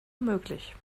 möglich